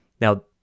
Now